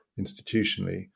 Institutionally